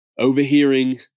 Overhearing